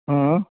હં